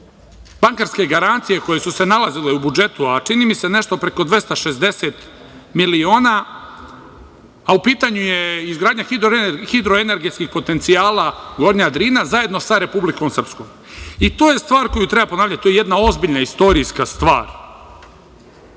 bankarske garancije koje su se nalazile u budžetu, a čini mi se nešto preko 260 miliona, a u pitanju je izgradnja hidroenergetskih potencijala Gornja Drina, zajedno sa Republikom Srpskom. To je stvar koju treba ponavljati, to je jedan ozbiljna, istorijska stvar.